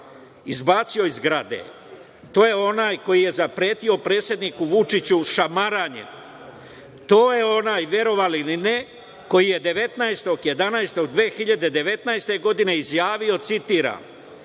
izbacio iz zgrade, to je onaj koji je zapretio predsedniku Vučiću šamaranjem, to je onaj, verovali ili ne, koji je 19.11.2019. godine izjavio, citiram